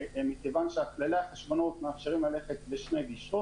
שכללי החשבונאות מאפשרים ללכת בשתי גישות,